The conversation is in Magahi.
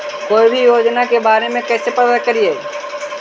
कोई भी योजना के बारे में कैसे पता करिए?